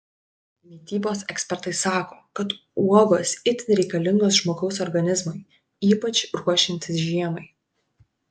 mitybos ekspertai sako kad uogos itin reikalingos žmogaus organizmui ypač ruošiantis žiemai